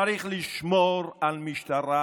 צריך לשמור על משטרה,